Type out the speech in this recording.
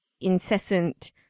incessant